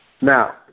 Now